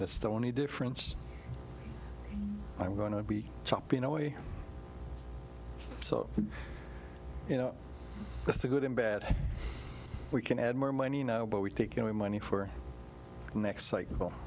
that's the only difference i'm going to be chopping away so you know it's a good and bad we can add more money now but we take in money for the next cycle